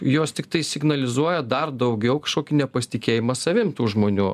jos tiktai signalizuoja dar daugiau nepasitikėjimą savim tų žmonių